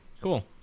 cool